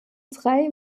drei